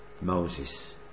Moses